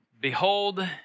behold